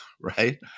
right